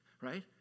right